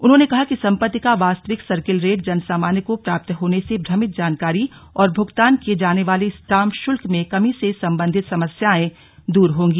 उन्होंने कहा कि सम्पत्ति का वास्तविक सर्किल रेट जनसामान्य को प्राप्त होने से भ्रमित जानकारी और भुगतान किये जाने वाले स्टाम्प शुल्क में कमी से सम्बन्धित समस्याएं दूर होंगी